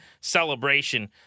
celebration